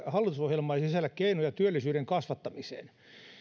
hallitusohjelma ei sisällä keinoja työllisyyden kasvattamiseen